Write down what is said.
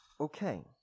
Okay